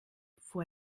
vor